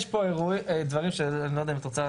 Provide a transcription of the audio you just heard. יש פה דברים שאני לא יודע אם את רוצה,